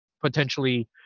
potentially